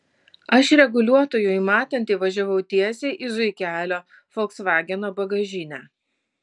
aš reguliuotojui matant įvažiavau tiesiai į zuikelio folksvageno bagažinę